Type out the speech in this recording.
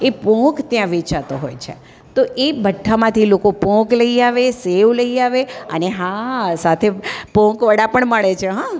એ પોંક ત્યાં વેચાતો હોય છે તો એ ભઠ્ઠામાંથી લોકો પોંક લઈ આવે સેવ લઈ આવે અને હા સાથે પોંકવડા પણ મળે છે હં